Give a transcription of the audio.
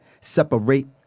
separate